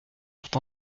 sont